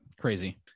crazy